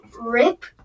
rip